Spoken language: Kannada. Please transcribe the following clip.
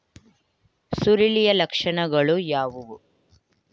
ಸುರುಳಿಯ ಲಕ್ಷಣಗಳು ಯಾವುವು?